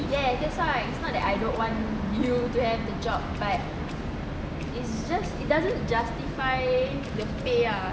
yes that why is not that I don't want you to have the job but is just it doesn't justify the pay ah